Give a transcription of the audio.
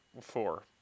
four